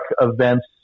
events